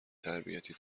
تربیتی